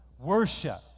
Worship